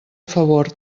favor